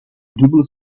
dubbele